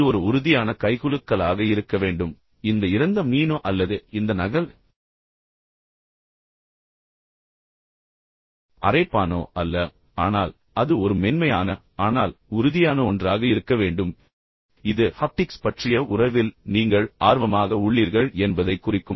இது ஒரு உறுதியான கைகுலுக்கலாக இருக்க வேண்டும் இந்த இறந்த மீனோ அல்லது இந்த நகல் அரைப்பானோ அல்ல ஆனால் அது ஒரு மென்மையான ஆனால் உறுதியான ஒன்றாக இருக்க வேண்டும் இது ஹப்டிக்ஸ் பற்றிய உறவில் நீங்கள் ஆர்வமாக உள்ளீர்கள் என்பதைக் குறிக்கும்